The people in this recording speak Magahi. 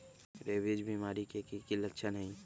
रेबीज बीमारी के कि कि लच्छन हई